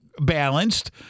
balanced